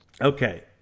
Okay